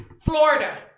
Florida